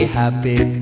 happy